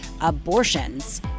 abortions